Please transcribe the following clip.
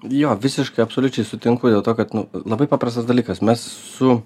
jo visiškai absoliučiai sutinku dėl to kad nu labai paprastas dalykas mes su